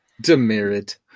Demerit